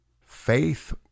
Faith